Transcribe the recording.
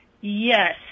Yes